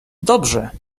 dobrze